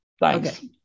thanks